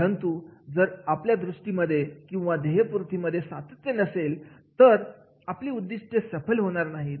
परंतु जर आपल्या दृष्टीमध्ये किंवा ध्येयपूर्ती मध्ये सातत्य नसेल तर आपली उद्दिष्टे सफल होणार नाहीत